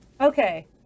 Okay